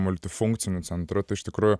multifunkciniu centru iš tikrųjų